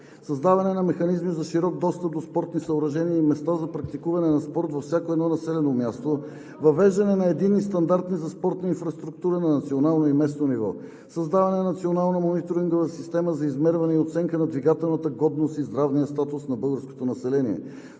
Създаване на механизми за широк достъп до спортни съоръжения и места за практикуване на спорт във всяко едно населено място; въвеждане на единни стандарти за спортна инфраструктура на национално и местно ниво; създаване на национална мониторингова система за измерване и оценка на двигателната годност и здравния статус на българското население;